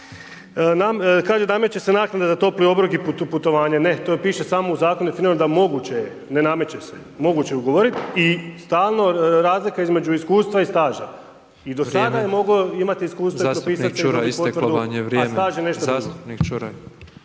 kaže nameće se naknada za topli obrok i putovanje, ne to piše samo u zakonu definirano, da moguće je, ne nameće se, moguće je ugovoriti i stalno razlika između iskustva i staža. I do sada je moglo imati iskustva …/Govornik se ne